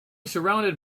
surrounded